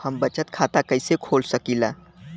हम बचत खाता कईसे खोल सकिला?